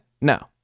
no